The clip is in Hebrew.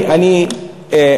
אדוני היושב-ראש.